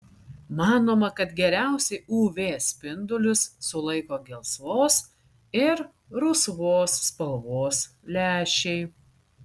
manoma kad geriausiai uv spindulius sulaiko gelsvos ir rusvos spalvos lęšiai